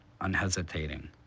unhesitating